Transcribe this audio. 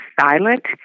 silent